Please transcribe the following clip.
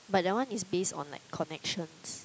but that one is based on like connections